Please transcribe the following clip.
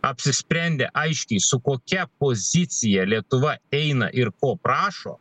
apsisprendė aiškiai su kokia pozicija lietuva eina ir ko prašo